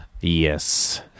yes